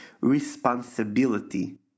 responsibility